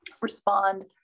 respond